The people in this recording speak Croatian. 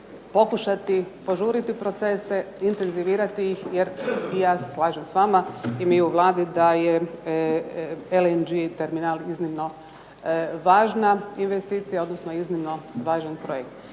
pokušati požuriti procese, intenzivirati ih jer i ja se slažem s vama i mi u Vladi da je LNG terminal iznimno važna investicija, odnosno iznimno važan projekt.